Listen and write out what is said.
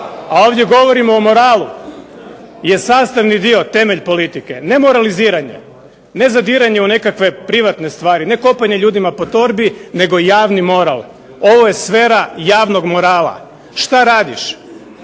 a ovdje govorimo o moralu, je sastavni dio, temelj politike. Nemoraliziranje, nezadiranje u nekakve privatne stvari, ne kopanje ljudima po torbi, nego javni moral. Ovo je sfera javnog morala. Šta radiš?